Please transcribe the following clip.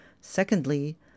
Secondly